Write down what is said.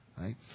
right